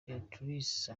beatrice